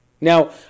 Now